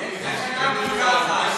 אין סכנה גם ככה.